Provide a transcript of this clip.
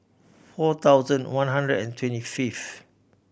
four thousand one hundred and twenty fifth